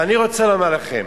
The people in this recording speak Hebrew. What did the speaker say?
ואני רוצה לומר לכם,